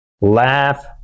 Laugh